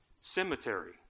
cemetery